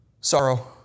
Sorrow